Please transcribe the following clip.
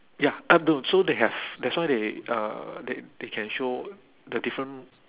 ya eh no so they have that's why they uh they they can show the different